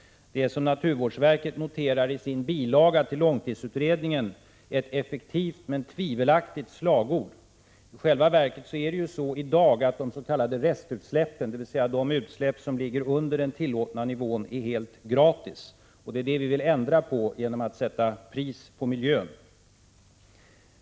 Det är, som naturvårdsverket betonar i sin bilaga till långtidsutredningen, ett effektivt men tvivelaktigt slagord. I själva verket är de s.k. restutsläppen, dvs. de utsläpp som ligger under den tillåtna nivån, i dag helt gratis. Detta vill vi ändra på genom att sätta pris på miljön.